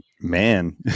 man